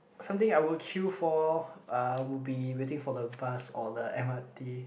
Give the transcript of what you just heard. something I would queue for uh would be waiting for the bus or the m_r_t